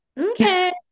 okay